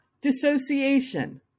dissociation